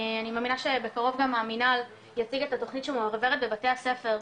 אני מאמינה שבקרוב גם המנהל יציג את התוכנית שמועברת בבתי הספר,